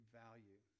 value